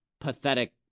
pathetic